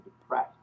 depressed